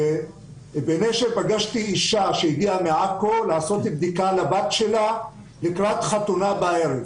בנשר פגשתי אישה שהגיעה מעכו לעשות בדיקה לבת שלה לקראת חתונה בערב,